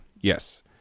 Yes